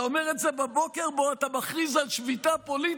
אתה אומר את זה בבוקר שבו אתה מכריז על שביתה פוליטית?